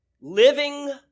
Living